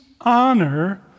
honor